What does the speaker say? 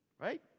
Right